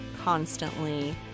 constantly